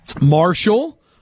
Marshall